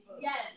Yes